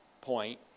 point